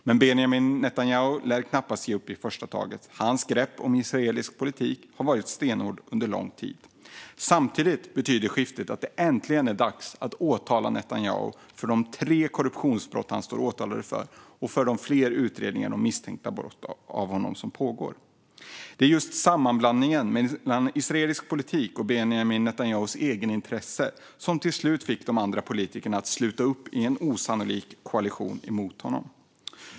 Men Benjamin Netanyahu lär knappast ge upp i första taget. Hans grepp om israelisk politik har varit stenhårt under lång tid. Samtidigt betyder skiftet att det äntligen är dags att åtala Netanyahu för de tre korruptionsbrott som han står åtalad för, och det finns fler utredningar om misstänkta brott som pågår om honom. Det var just sammanblandningen av israelisk politik och Benjamin Netanyahus egenintressen som till slut fick de andra politikerna att sluta upp i en osannolik koalition mot honom.